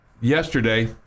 yesterday